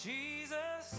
Jesus